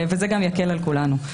וזה גם יקל על כולנו.